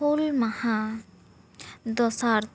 ᱦᱩᱞ ᱢᱟᱦᱟ ᱫᱚᱥᱟᱨ